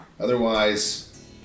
Otherwise